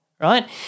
right